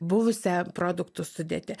buvusią produktų sudėtį